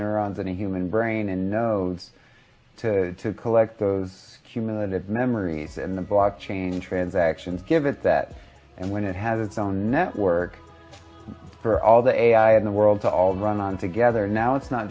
neurons in a human brain and nose to collect the cumulative memories and the block change transactions give it that and when it has it's own network for all the ai in the world to all run on together now it's not